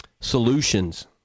Solutions